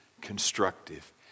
constructive